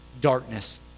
darkness